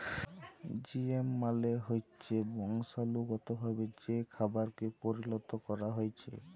GMO মালে হচ্যে বংশালুগতভাবে যে খাবারকে পরিলত ক্যরা হ্যয়েছে